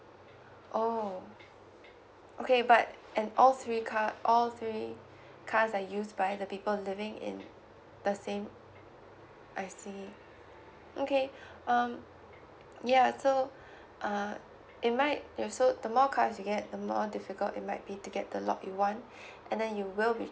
oh okay but and all three car all three cars are used by the people living in the same I see okay um ya so uh it might it also the more cars you get the more difficult it might be to get the lot you want and then you will be